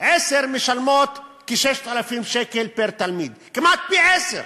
משלמות כ-6,000 שקל פר-תלמיד, כמעט פי-עשרה.